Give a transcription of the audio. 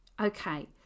Okay